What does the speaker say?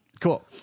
Cool